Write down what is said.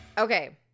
Okay